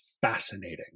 Fascinating